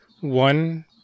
one